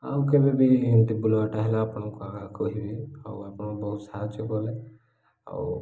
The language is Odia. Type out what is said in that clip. ଆଉ କେବେ ବି ଏମିତି ବୁଲବାଟା ହେଲା ଆପଣଙ୍କୁ କହିବି ଆଉ ଆପଣଙ୍କୁ ବହୁତ ସାହାଯ୍ୟ କଲେ ଆଉ